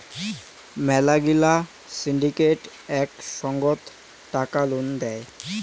মেলা গিলা সিন্ডিকেট এক সঙ্গত টাকা লোন দেয়